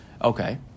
okay